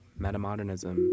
metamodernism